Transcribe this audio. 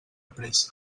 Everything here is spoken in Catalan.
pressa